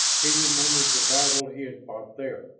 he remembered the battle he had fought there,